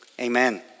Amen